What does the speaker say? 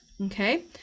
Okay